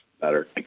better